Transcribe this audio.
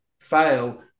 fail